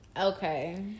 Okay